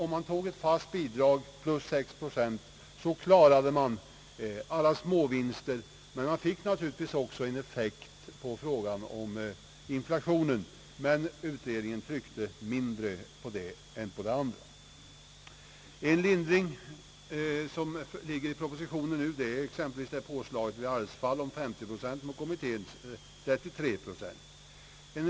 Med ett fast bidrag plus dessa sex procent klarade man alla småvinster, men man fick naturligtvis också en effekt på frågan om inflationen. Utredningen tryckte dock mindre på detta än på det andra. I propositionens förslag utgör t.ex. påslaget vid arvsfall 50 procent mot kommitténs 33 procent en lindring.